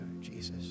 Jesus